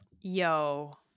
Yo